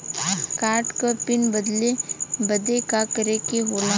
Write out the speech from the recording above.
Card क PIN बदले बदी का करे के होला?